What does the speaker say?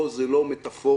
פה זה לא מטפורה,